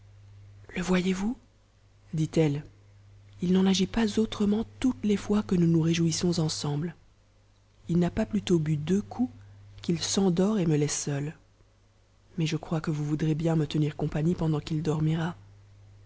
le voyez-vous dit-elle il n'en agit pas autrement toutes les fois que nous nous réjouissons ensemble il n'a pas plus tôt bu deux coups qu'il s'endort et me laisse seule mais je crois que vous voudra bien me tenir compagnie pendant qu'il dormira